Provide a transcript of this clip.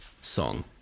song